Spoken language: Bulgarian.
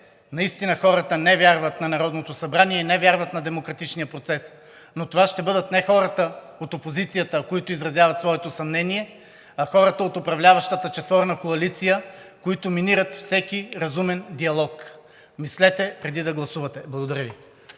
наистина хората не вярват на Народното събрание и не вярват на демократичния процес. Но това ще бъдат не хората от опозицията, които изразяват своето съмнение, а хората от управляващата четворна коалиция, които минират всеки разумен диалог. Мислете, преди да гласувате! Благодаря Ви.